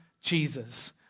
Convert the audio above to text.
Jesus